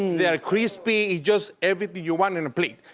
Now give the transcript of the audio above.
they're crispy, just everything you want in a plate.